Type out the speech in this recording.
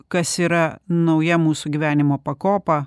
kas yra nauja mūsų gyvenimo pakopa